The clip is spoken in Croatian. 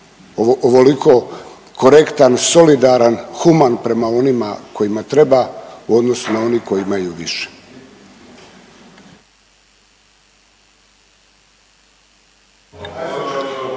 ovoliko korektan, solidaran, human prema onima kojima treba u odnosu na one koji imaju više.